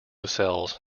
sells